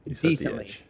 decently